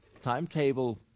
timetable